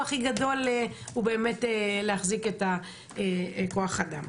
הכי גדול הוא באמת להחזיק את כוח האדם.